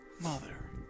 Mother